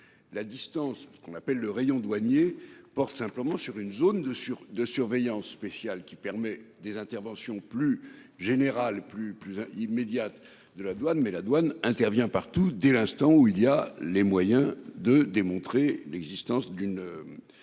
La distance qu'on appelle le rayon douaniers pour simplement sur une zone de sur de surveillance spéciale qui permet des interventions plus général plus plus immédiate de la douane mais la douane intervient partout, dès l'instant où il y a les moyens de démontrer l'existence d'une.